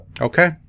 Okay